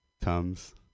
Tums